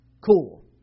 cool